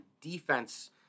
defense